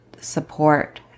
support